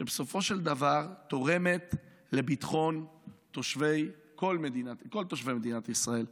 שבסופו של דבר תורמת לביטחון כל תושבי מדינת ישראל.